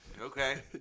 Okay